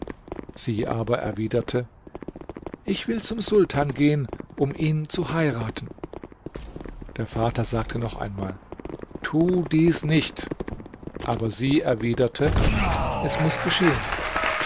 sie aber erwiderte ich will zum sultan gehen um ihn zu heiraten der vater sagte noch einmal tu dies nicht aber sie erwiderte es muß geschehen